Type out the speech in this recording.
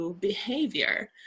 behavior